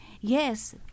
Yes